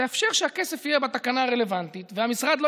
תאפשר שהכסף יהיה בתקנה הרלוונטית והמשרד לא